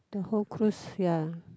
the whole cruise ya